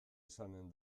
izanen